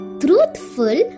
truthful